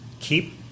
keep